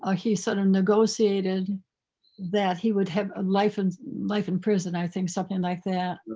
ah he sort of negotiated that he would have a life and life in prison, i think something like that.